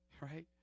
right